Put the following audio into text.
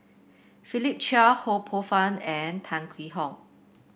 Philip Chia Ho Poh Fun and Tan Hwee Hock